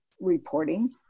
reporting